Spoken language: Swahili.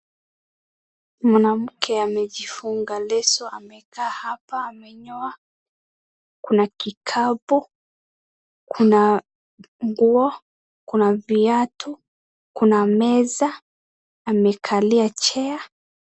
Mwanamke amejifunga leso amekaa hapa amenyoa, kuna kikapu, kuna nguo, kuna viatu, kuna meza, amekalia chair .